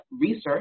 research